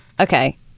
Okay